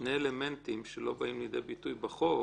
שני אלמנטים שלא באים לידי ביטוי בחוק.